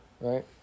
Right